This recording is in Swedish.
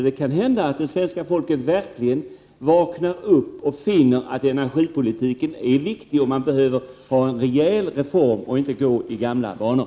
Det kan ju hända att svenska folket verkligen vaknar upp och finner att energipolitiken är viktig och att vad som behövs är en rejäl reform och inte bara fortsättning i gamla banor.